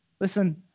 Listen